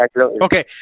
Okay